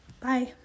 Bye